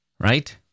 right